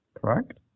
correct